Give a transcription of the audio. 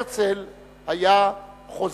הרצל היה חוזה.